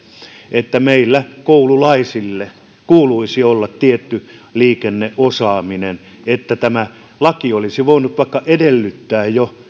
että meidän koululaisillamme kuuluisi olla tietty liikenneosaaminen ja että tämä laki olisi voinut vaikka edellyttää jo